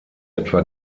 etwa